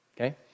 Okay